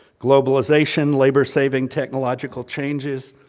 globalization, labor-saving technological changes,